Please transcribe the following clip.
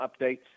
updates